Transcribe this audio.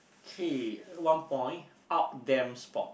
three one point out damn sport